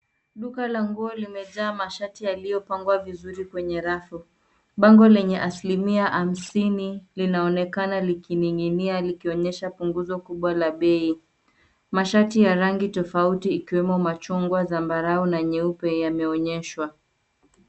Duka la nguo limejaa mashati yaliyopangwa vizuri kwenye rafu. Bango lenye asilimia hamsini linaonekana likining'inia likionyesha punguzo kubwa la bei. Mashati ya rangi tofauti ikiwemo machungwa, zambarau na nyeupe yanaonyeshwa.